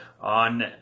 on